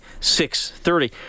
630